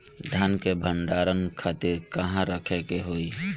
धान के भंडारन खातिर कहाँरखे के होई?